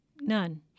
None